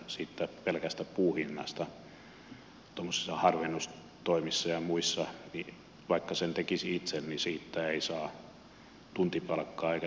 siitä pelkästä puun hinnasta harvennustoimissa ja muissa vaikka sen tekisi itse ei saa tuntipalkkaa eikä työpalkkaa